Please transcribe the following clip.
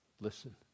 Listen